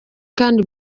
kandi